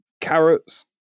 Carrots